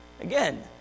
Again